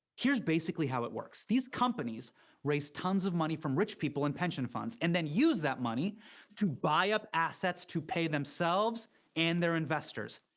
here's basically how it works. these companies raise tons money from rich people and pension funds and then use that money to buy up assets to pay themselves and their investors.